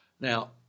Now